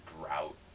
drought